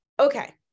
okay